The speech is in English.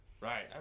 right